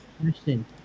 question